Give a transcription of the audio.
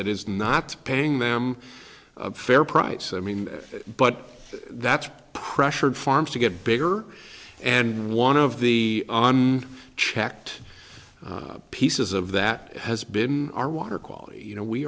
that is not paying them fair price i mean but that's pressured farms to get bigger and one of the on checked pieces of that has been our water quality you know we